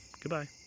Goodbye